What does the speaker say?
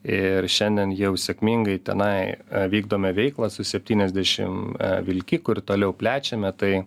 ir šiandien jau sėkmingai tenai vykdome veiklą su septyniasdešim vilkikų ir toliau plečiame tai